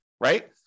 right